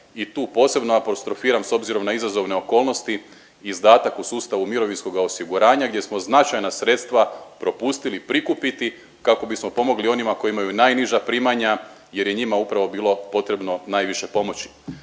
i tu posebno apostrofiram s obzirom na izazovne okolnosti izdatak u sustavu mirovinskog osiguranja gdje smo značajna sredstva propustili prikupiti kako bismo pomogli onima koji imaju najniža primanja jer je njima upravo bilo potrebno najviše pomoći.